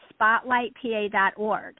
spotlightpa.org